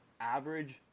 average